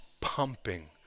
pumping